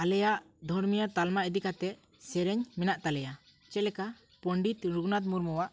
ᱟᱞᱮᱭᱟᱜ ᱫᱷᱚᱨᱢᱤᱭᱚ ᱛᱟᱞᱢᱟ ᱤᱫᱤ ᱠᱟᱛᱮ ᱥᱮᱨᱮᱧ ᱢᱮᱱᱟᱜ ᱛᱟᱞᱮᱭᱟ ᱪᱮᱫ ᱞᱮᱠᱟ ᱯᱱᱰᱤᱛ ᱨᱚᱜᱷᱩᱱᱟᱛᱷ ᱢᱩᱨᱢᱩᱣᱟᱜ